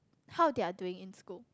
how they're doing in school